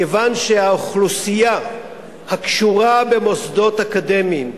כיוון שהאוכלוסייה הקשורה במוסדות אקדמיים,